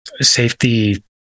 safety